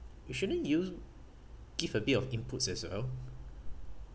shouldn't you give a bit of inputs as well